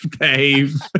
Dave